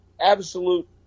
absolute